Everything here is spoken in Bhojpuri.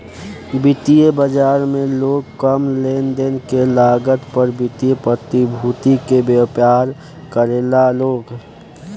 वित्तीय बाजार में लोग कम लेनदेन के लागत पर वित्तीय प्रतिभूति के व्यापार करेला लो